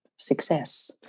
success